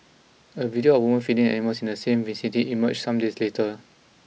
a video of a woman feeding the animals in the same vicinity emerged some days later